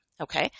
Okay